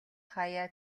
хааяа